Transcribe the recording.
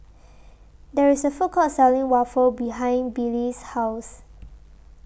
There IS A Food Court Selling Waffle behind Billye's House